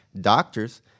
Doctors